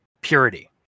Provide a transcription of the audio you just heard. purity